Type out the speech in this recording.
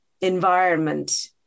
environment